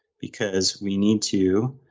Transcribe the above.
because we need to